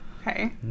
Okay